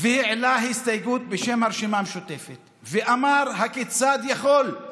והעלה הסתייגות בשם הרשימה המשותפת ואמר: הכיצד יכול להיות